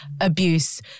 abuse